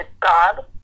God